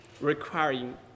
requiring